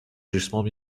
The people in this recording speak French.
gisements